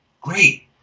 great